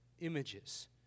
images